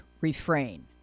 refrain